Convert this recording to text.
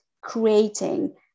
creating